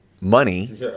money